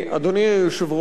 אדוני היושב ראש,